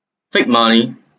fake money